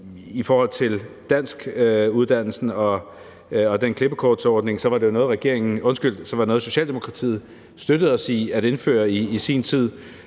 I forhold til danskuddannelsen og klippekortordningen var det noget, Socialdemokratiet støttede os i at indføre i sin tid.